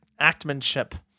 actmanship